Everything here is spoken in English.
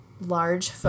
large